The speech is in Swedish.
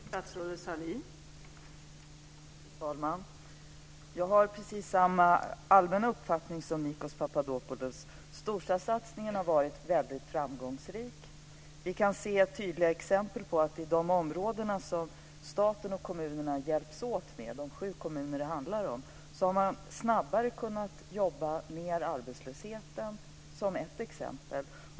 Fru talman! Jag har precis samma allmänna uppfattning som Nikos Papadopoulos. Storstadssatsningen har varit väldigt framgångsrik. Vi kan se tydliga exempel på att i de områden där staten och kommunerna hjälps åt - de sju kommuner som det handlar om - har man som ett exempel snabbare kunnat minska arbetslösheten.